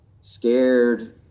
scared